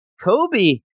Kobe